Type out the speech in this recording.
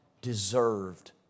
deserved